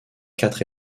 quatre